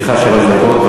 לרשותך שלוש דקות.